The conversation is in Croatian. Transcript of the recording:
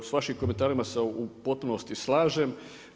S vašim komentarima u potpunosti slažem.